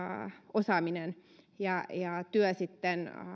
osaaminen ja työ sitten